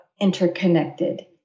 interconnected